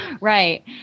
Right